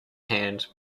hand